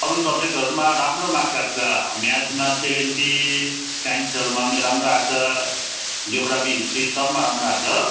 अरू सब्जेक्टहरूमा राम्रो मार्क्स आएको छ म्याथ्समा सेभेन्टी साइन्सहरूमा पनि राम्रो आएको छ जोग्राफी हिस्ट्री सबमा राम्रो आएको हो